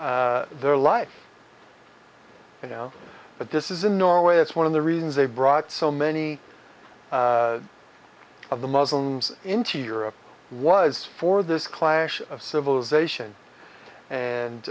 their life you know but this is in norway it's one of the reasons they brought so many of the muslims into europe was for this clash of civilization and